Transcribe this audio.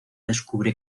descubre